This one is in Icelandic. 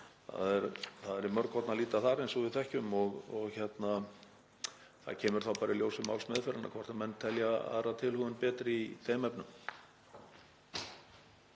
Þar er í mörg horn að líta eins og við þekkjum. Það kemur þá bara í ljós við málsmeðferðina hvort menn telji aðra tilhögun betri í þeim efnum.